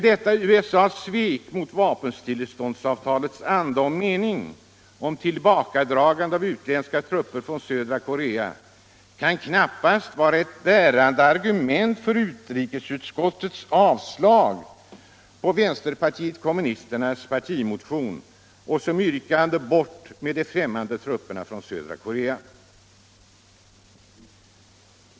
Detta USA:s svek mot vapenstilleståndsavtalets anda och mening — ett tillbakadragande av de utländska trupperna från södra Korea — kan knappast vara ett bärande argument för utrikesutskottets yrkande om avslag på vpk-motionens hemställan att Sverige skall verka för ett tillbakadragande av de främmande trupperna i södra Korea.